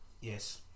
yes